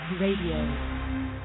Radio